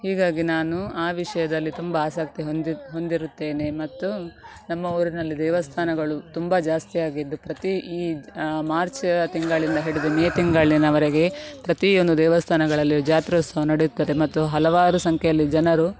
ಹೀಗಾಗಿ ನಾನು ಆ ವಿಷಯದಲ್ಲಿ ತುಂಬ ಆಸಕ್ತಿ ಹೊಂದಿ ಹೊಂದಿರುತ್ತೇನೆ ಮತ್ತು ನಮ್ಮ ಊರಿನಲ್ಲಿ ದೇವಸ್ಥಾನಗಳೂ ತುಂಬ ಜಾಸ್ತಿಯಾಗಿದ್ದು ಪ್ರತೀ ಈ ಮಾರ್ಚ್ ತಿಂಗಳಿಂದ ಹಿಡಿದು ಮೇ ತಿಂಗಳಿನವರೆಗೆ ಪ್ರತಿಯೊಂದು ದೇವಸ್ಥಾನಗಳಲ್ಲಿಯೂ ಜಾತ್ರೋತ್ಸವ ನಡೆಯುತ್ತದೆ ಮತ್ತು ಹಲವಾರು ಸಂಖ್ಯೆಯಲ್ಲಿ ಜನರು